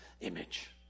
image